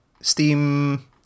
Steam